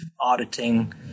auditing